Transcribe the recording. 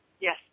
Yes